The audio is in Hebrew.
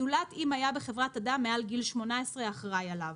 זולת אם היה בחברת אדם מעל גיל 18 האחראי עליו.